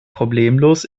problemlos